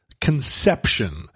conception